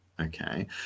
okay